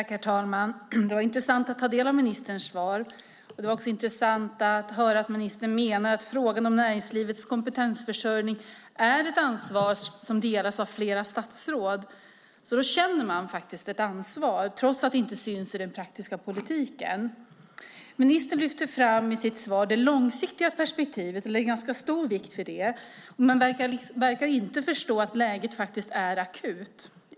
Herr talman! Det var intressant att ta del av ministerns svar. Det var också intressant att höra att ministern menar att frågan om näringslivets kompetensförsörjning är ett ansvar som delas av flera statsråd. Då känner man faktiskt ett ansvar, trots att det inte syns i den praktiska politiken. Ministern lyfter i sitt svar fram det långsiktiga perspektivet och lägger ganska stor vikt vid det. Men han verkar inte förstå att läget är akut.